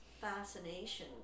fascination